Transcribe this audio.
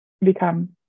become